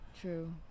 True